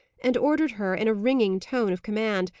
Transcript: and ordered her, in a ringing tone of command,